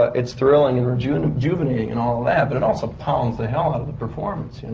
ah it's thrilling and reju. and rejuvenating and all that. but it also pounds the hell out of the performers, and